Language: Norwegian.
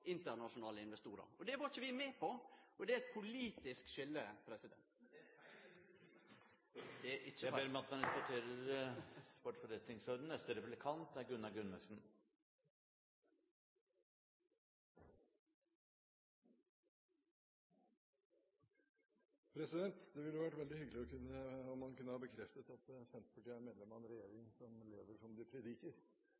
internasjonale investorar. Det var ikkje vi med på. Og det er ein politisk skilnad. Men det er feil, det du beskriver. Det er det ikkje. Presidenten ber om at man respekterer forretningsordenen. Det ville være veldig hyggelig om man kunne ha bekreftet at Senterpartiet er medlem av en regjering